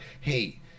hey